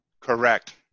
Correct